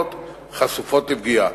ממוגבלויות חשופות לפגיעה.